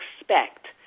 expect